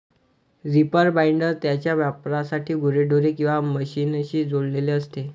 reaper binder त्याच्या वापरासाठी गुरेढोरे किंवा मशीनशी जोडलेले असते